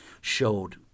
showed